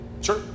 Sure